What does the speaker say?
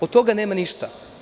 Od toga nema ništa.